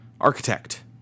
architect